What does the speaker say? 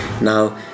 Now